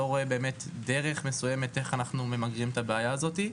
לא רואה דרך שבה אנחנו ממגרים את הבעיה הזו.